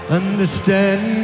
understand